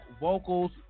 vocals